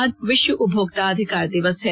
आज विश्व उपभोक्ता अधिकार दिवस है